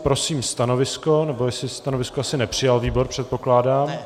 Prosím stanovisko... nebo stanovisko asi nepřijal výbor, předpokládám.